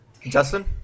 Justin